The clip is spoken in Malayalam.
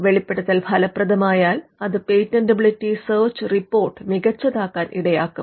വെളിപ്പെടുത്തൽ ഫലപ്രദമായാൽ അത് പേറ്റന്റെബിലിറ്റി സെർച്ച് റിപ്പോർട്ട് മികച്ചതാക്കാൻ ഇടയാക്കും